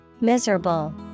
Miserable